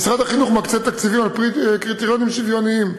משרד החינוך מקצה על-פי קריטריונים שוויוניים,